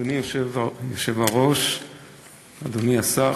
יוני שטבון ורוברט אילטוב,